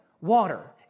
Water